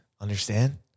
Understand